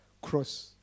cross